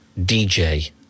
DJ